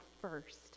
first